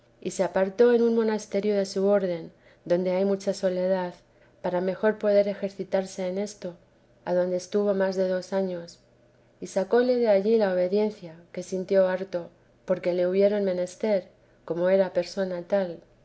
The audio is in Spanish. y se apartó en un monasterio de su orden donde hay mucha soledad para mejor poder ejercitarse en esto adonde estuvo más de dos años y sacóle de allí la obediencia que él sintió harto porque le hubieron menester como era persona tal